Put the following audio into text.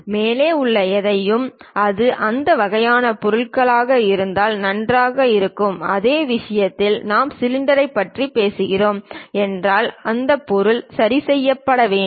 மேலே உள்ள எதையும் அது அந்த வகையான பொருள்களாக இருந்தால் நன்றாக இருக்கும் அதே விஷயத்தில் நாம் சிலிண்டரைப் பற்றி பேசுகிறோம் என்றால் இந்த பொருளில் சரி செய்யப்பட வேண்டும்